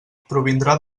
provindrà